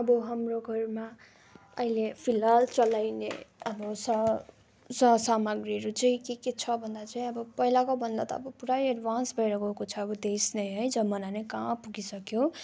अब हाम्रो घरमा अहिले फिलहाल चलाइने अब सामग्रीहेरू चाहिँ के के छ भन्दा चाहिँ अब पहिलाको भन्दा त अब पुरै एडभान्स भएर गएको छ अब देश नै है जमाना नै कहाँ पुगिसक्यो